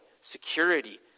security